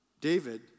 David